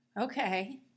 okay